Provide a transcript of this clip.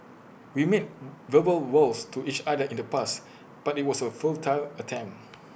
we made verbal vows to each other in the past but IT was A futile attempt